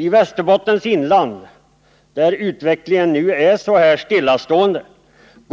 I Västerbottens inland, där utvecklingen nu alltså stannat av,